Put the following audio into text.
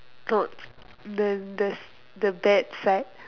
not then there's the bad side